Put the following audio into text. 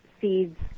seeds